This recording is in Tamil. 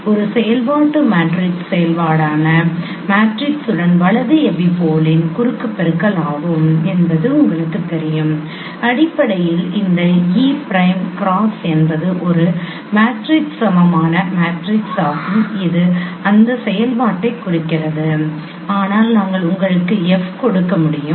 ஒரு செயல்பாட்டு மேட்ரிக்ஸ் செயல்பாடான மேட்ரிக்ஸுடன் வலது எபிபோலின் குறுக்கு பெருக்கல் ஆகும் என்பது உங்களுக்குத் தெரியும் அடிப்படையில் இந்த e பிரைம் க்ராஸ் என்பது ஒரு மேட்ரிக்ஸ் சமமான மேட்ரிக்ஸ் ஆகும் இது அந்த செயல்பாட்டைக் குறிக்கிறது அதனால் நாங்கள் உங்களுக்கு F கொடுக்க முடியும்